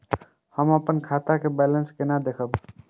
हम अपन खाता के बैलेंस केना देखब?